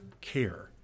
care